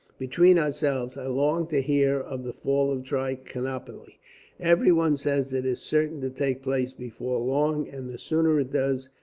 between ourselves, i long to hear of the fall of trichinopoli. everyone says it is certain to take place before long, and the sooner it does,